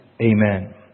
Amen